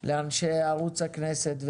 לאנשי ערוץ הכנסת,